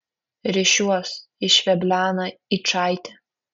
rišiuos išveblena yčaitė